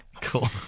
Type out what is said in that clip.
Cool